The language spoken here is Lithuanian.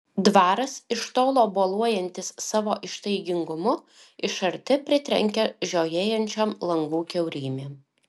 dvaras iš tolo boluojantis savo ištaigingumu iš arti pritrenkia žiojėjančiom langų kiaurymėm